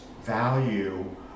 value